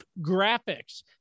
Graphics